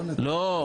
לא,